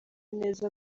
neza